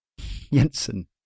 Jensen